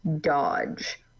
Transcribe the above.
dodge